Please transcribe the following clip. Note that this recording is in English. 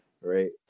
right